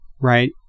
right